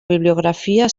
bibliografia